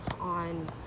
on